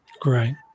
Great